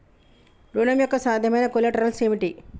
ఋణం యొక్క సాధ్యమైన కొలేటరల్స్ ఏమిటి?